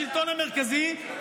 השלטון המרכזי,